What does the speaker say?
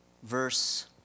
Verse